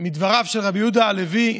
מדבריו של רבי יהודה הלוי,